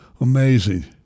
Amazing